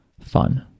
fun